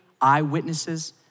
eyewitnesses